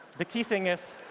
the key thing is,